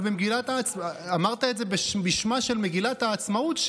אבל אמרת את זה בשמה של מגילת העצמאות,